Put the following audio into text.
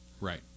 Right